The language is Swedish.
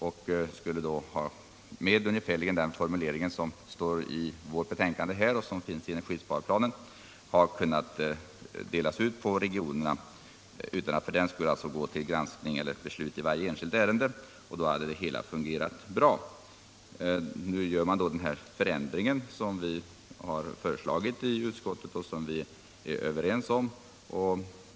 Med ungefärligen den formulering som står i vårt betänkande och som finns med i energisparplanen borde anslaget kunnat delas ut på regionerna utan att man går till granskning och beslut i varje enskilt ärende. Då hade det hela fungerat bra. Nu gör man den förändring som vi föreslagit i utskottet och som vi är överens om.